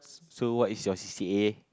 so what is your C_C_A